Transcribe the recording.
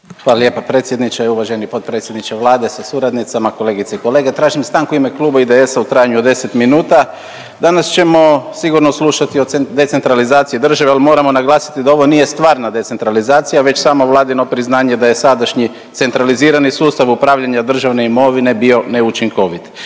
Hvala lijepa predsjedniče. Uvaženi potpredsjedniče Vlade sa suradnicama, kolegice i kolege, tražim stanku u ime Kluba IDS-a u trajanju od 10 minuta. Danas ćemo sigurno slušati o decentralizaciji države, al moramo naglasiti da ovo nije stvarna decentralizacija već samo vladino priznanje da je sadašnji centralizirani sustav upravljanja državne imovine bio neučinkovit.